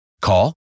Call